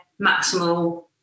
maximal